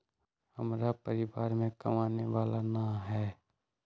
हमरा परिवार में कमाने वाला ना है?